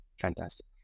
fantastic